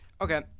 Okay